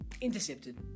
intercepted